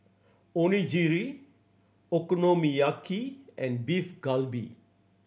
Onigiri Okonomiyaki and Beef Galbi